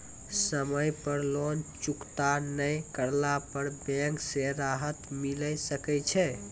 समय पर लोन चुकता नैय करला पर बैंक से राहत मिले सकय छै?